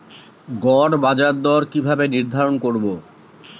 গড় বাজার দর কিভাবে নির্ধারণ করব?